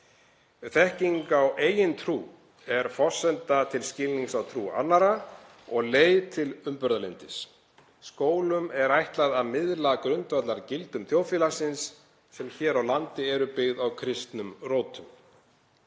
Þekking á eigin trú er forsenda til skilnings á trú annarra og leið til umburðarlyndis. Skólanum er ætlað að miðla grundvallargildum þjóðfélagsins, sem hér á landi eru byggð á kristnum rótum.